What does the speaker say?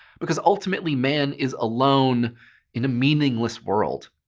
because ultimately man is alone in a meaningless world.